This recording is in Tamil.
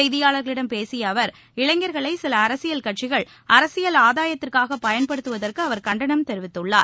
செய்தியாளர்களிடம் பேசிய அவர் இளைஞர்களை சில அரசியல் கட்சிகள் அரசியல் ஆதாயத்திற்காக பயன்படுத்துவதற்கு அவர் கண்டனம் தெரிவித்தார்